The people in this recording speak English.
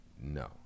No